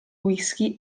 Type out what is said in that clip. whisky